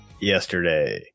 yesterday